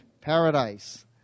paradise